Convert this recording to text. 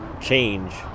change